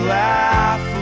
laugh